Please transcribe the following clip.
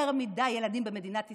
יותר מדי ילדים במדינת ישראל,